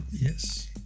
Yes